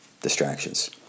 distractions